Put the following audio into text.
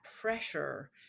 pressure